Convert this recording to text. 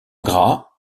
gras